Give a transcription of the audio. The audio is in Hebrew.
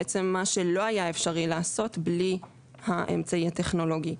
בעצם מה שלא היה אפשרי לעשות בלי האמצעי הטכנולוגי,